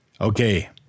Okay